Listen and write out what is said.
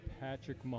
Patrick